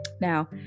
Now